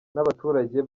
n’abaturage